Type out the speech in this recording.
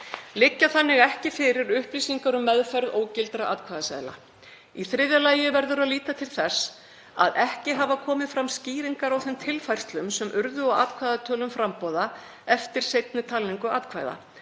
Liggja þannig ekki fyrir upplýsingar um meðferð ógildra atkvæðaseðla. Í þriðja lagi verður að líta til þess að ekki hafa komið fram skýringar á þeim tilfærslum sem urðu á atkvæðatölum framboða eftir seinni talningu atkvæða.